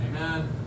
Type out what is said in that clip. Amen